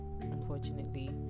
unfortunately